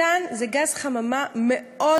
מתאן הוא גז חממה חזק